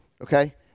okay